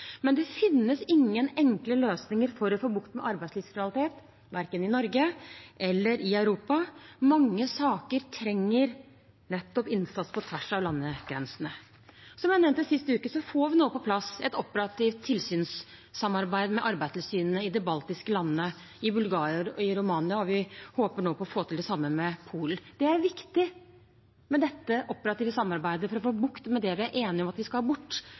Men det finnes ingen enkle løsninger for å få bukt med arbeidslivskriminalitet verken i Norge eller i Europa. Mange saker trenger nettopp innsats på tvers av landegrensene. Som jeg nevnte sist uke, får vi nå på plass et operativt tilsynssamarbeid med arbeidstilsynene i de baltiske landene, i Bulgaria og i Romania, og vi håper nå på å få til det samme med Polen. Det er viktig med dette operative samarbeidet for å få bukt med det vi er enige om at vi skal ha bort,